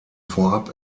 vorab